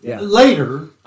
Later